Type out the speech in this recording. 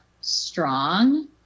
strong